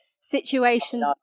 situations